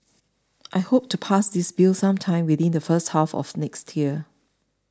I hope to pass this bill sometime within the first half of next year